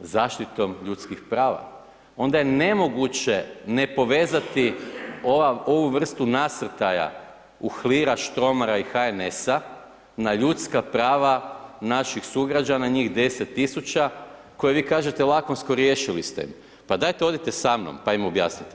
zaštitom ljudskih prava onda je nemoguće ne povezati ovu vrstu nasrtaja Uhlira, Štomara i HNS-a na ljudska prava naših sugrađana na njih 10.000 koje vi kažete lakonski riješili ste im, pa dajte odte sa mnom pa im objasnite.